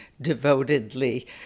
devotedly